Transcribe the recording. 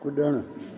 कुॾण